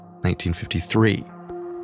1953